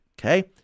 okay